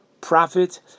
prophet